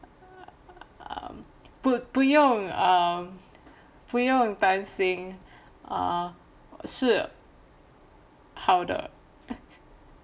um 不用担心 uh 是好的